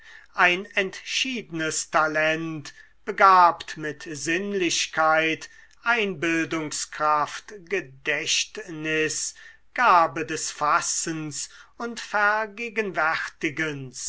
ein entschiedenes talent begabt mit sinnlichkeit einbildungskraft gedächtnis gabe des fassens und vergegenwärtigens